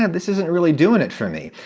and this isn't really doing it for me.